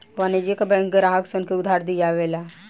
वाणिज्यिक बैंक ग्राहक सन के उधार दियावे ला